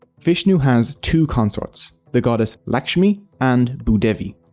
vishnu has two consorts the goddesses lakshmi and bhu devi.